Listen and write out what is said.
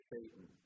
Satan